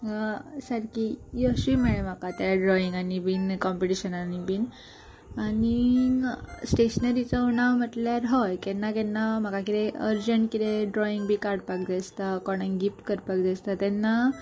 सारकी यशूय मेळें म्हाका त्या ड्रॉइंगांनी बीन कॉम्पिटिशनांनी बीन आनीक स्टेशनरीचो उणाव म्हटल्यार हय केन्ना केन्ना म्हाका कितें अर्जंट किदें ड्रॉईंग बी काडपाक जाय आसता कोणाक गिफ्ट करपाक जाय आसता तेन्ना